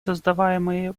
создаваемые